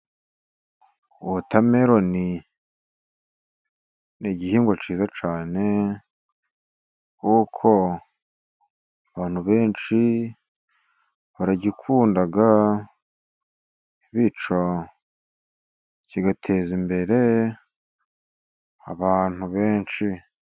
Wotameloni ni igihingwa cyiza cyane, kuko abantu benshi baragikunda, bityo kigateza imbere abantu benshi.